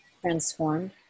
transformed